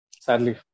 sadly